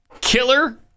killer